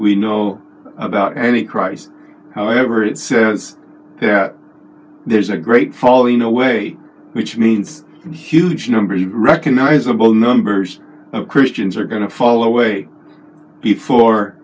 we know about any christ however it says that there's a great falling away which means huge numbers of recognizable numbers of christians are going to follow way before